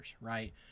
right